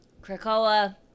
Krakoa